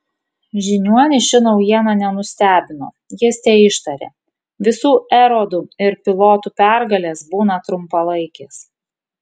žiniuonį ši naujiena nenustebino jis teištarė visų erodų ir pilotų pergalės būna trumpalaikės